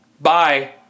Bye